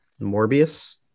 Morbius